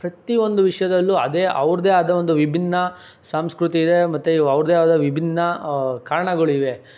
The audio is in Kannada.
ಪ್ರತಿ ಒಂದು ವಿಷಯದಲ್ಲೂ ಅದೇ ಅವ್ರದ್ದೇ ಆದ ಒಂದು ವಿಭಿನ್ನ ಸಂಸ್ಕೃತಿ ಇದೆ ಮತ್ತು ಅವ್ರದ್ದೇ ಆದ ವಿಭಿನ್ನ ಕಾರಣಗಳು ಇವೆ